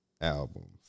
Albums